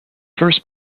first